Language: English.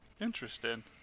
Interesting